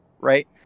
Right